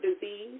disease